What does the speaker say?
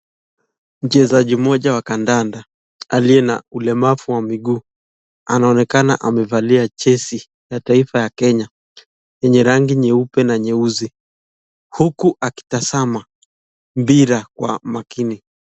Mchezaji moja wa kandanda aliye na ulemavu wa miguu anaonekana amevalia jezi la taifa ya Kenya yenye rangi nyeupe na nyeusi huku akitazama mpira kwa makini.